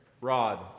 Rod